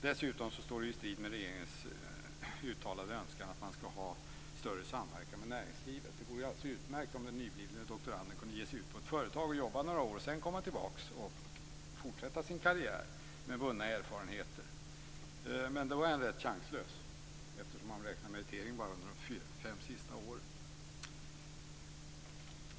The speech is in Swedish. Dessutom står det i strid med regeringens uttalade önskan att man skall ha större samverkan med näringslivet. Det vore alldeles utmärkt om den nyblivne doktoranden kunde ge sig ut på ett företag, jobba några år och sedan komma tillbaka och fortsätta sin karriär med vunna erfarenheter. Men då är han rätt chanslös, eftersom meritering räknas bara under de fem sista åren.